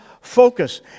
focus